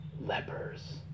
lepers